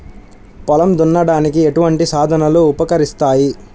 పొలం దున్నడానికి ఎటువంటి సాధనలు ఉపకరిస్తాయి?